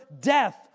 death